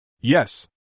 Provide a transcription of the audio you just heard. Yes